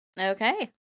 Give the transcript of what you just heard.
Okay